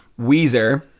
Weezer